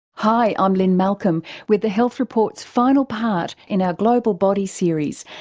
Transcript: hi i'm lynne malcolm with the health report's final part in our global body series,